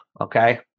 okay